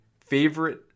favorite